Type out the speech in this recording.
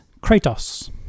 Kratos